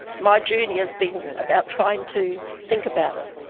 my journey has been about trying to think about it.